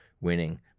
winning